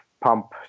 pump